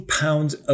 pounds